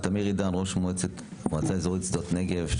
תמיר עידאן, ראש מועצה אזורית שדות נגב.